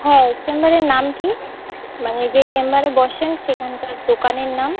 হ্যাঁ চেম্বারের নাম কী মানে যেই চেম্বারে বসেন সেখানকার দোকানের নাম